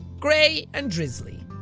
gray and drizzly.